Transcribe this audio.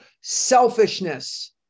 Selfishness